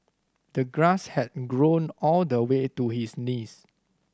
the grass had grown all the way to his knees